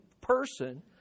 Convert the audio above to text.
person